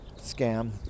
scam